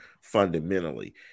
fundamentally